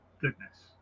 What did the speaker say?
goodness